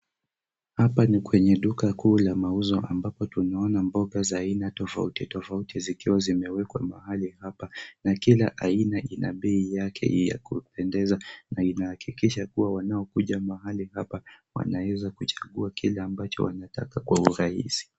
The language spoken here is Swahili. Hapa ni kwenye duka kuu la mauzo ambapo tunaona mboga za aina tofauti tofauti zikiwa zimewekwa mahali hapa na kila aina ina bei yake ya kupendeza na inahakikisha kuwa wanaokuja mahali hapa wanaweza kuchukua kile ambacho wanataka kwa urahisi.